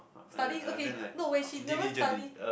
studies okay no when she never study